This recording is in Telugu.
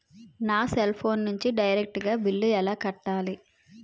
నా సెల్ ఫోన్ నుంచి డైరెక్ట్ గా బిల్లు ఎలా కట్టాలి?